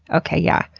okay yeah,